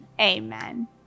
Amen